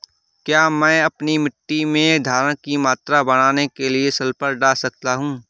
क्या मैं अपनी मिट्टी में धारण की मात्रा बढ़ाने के लिए सल्फर डाल सकता हूँ?